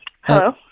Hello